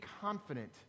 confident